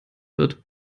wird